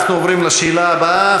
אנחנו עוברים לשאלה הבאה.